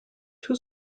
too